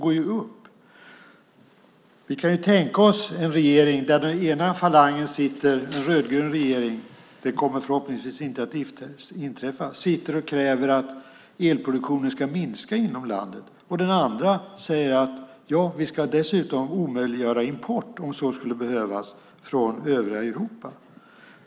Vi kan ju tänka oss en rödgrön regering - det kommer förhoppningsvis inte att inträffa - där den ena falangen sitter och kräver att elproduktionen ska minska inom landet och den andra säger att vi dessutom ska omöjliggöra import, om så skulle behövas, från övriga Europa.